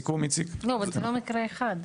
לא, אבל זה לא מקרה אחד.